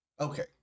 Okay